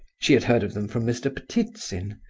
she had heard of them from mr. but ptitsin,